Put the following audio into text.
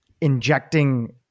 injecting